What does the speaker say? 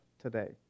today